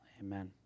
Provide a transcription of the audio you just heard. Amen